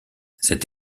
cette